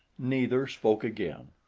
neither spoke again.